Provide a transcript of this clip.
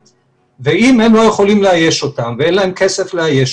ואם הם לא יכולים לאייש אותם ואין להם כסף לאייש